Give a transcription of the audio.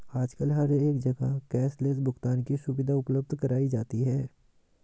आजकल हर एक जगह कैश लैस भुगतान की सुविधा उपलब्ध कराई जाती है